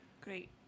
Great